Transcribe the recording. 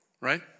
right